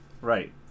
Right